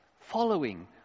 following